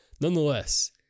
nonetheless